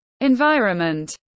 environment